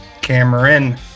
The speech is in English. Cameron